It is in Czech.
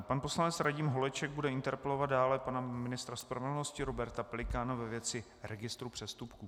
Pan poslanec Radim Holeček bude interpelovat dále ministra spravedlnosti Roberta Pelikána ve věci registru přestupků.